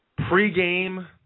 pregame